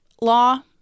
law